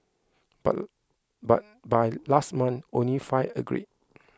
but by by last month only five agreed